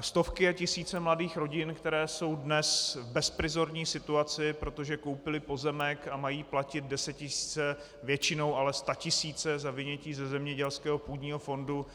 Stovky a tisíce mladých rodin, které jsou dnes v bezprizorní situaci, protože koupily pozemek a mají platit desetitisíce, většinou ale statisíce, za vynětí ze zemědělského půdního fondu,